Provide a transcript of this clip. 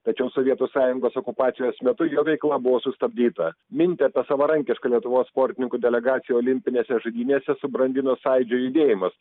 tačiau sovietų sąjungos okupacijos metu jo veikla buvo sustabdyta mintį apie savarankišką lietuvos sportininkų delegaciją olimpinėse žaidynėse subrandino sąjūdžio judėjimas